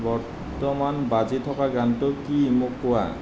বৰ্তমান বাজি থকা গানটো কি মোক কোৱা